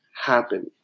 happen